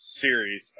series